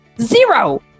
Zero